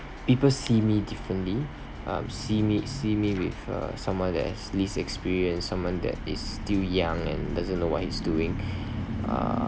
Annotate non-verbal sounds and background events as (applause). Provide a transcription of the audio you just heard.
people see me differently um see me see me with uh someone that's least experience someone that is still young and doesn't know what he's doing (breath) um